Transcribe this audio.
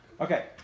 Okay